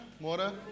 Mora